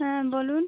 হ্যাঁ বলুন